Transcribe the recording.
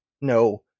no